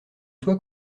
toit